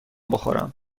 بخورم